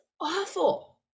awful